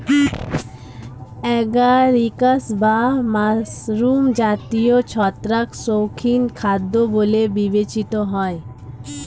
agaricus বা mushroom জাতীয় ছত্রাক শৌখিন খাদ্য বলে বিবেচিত হয়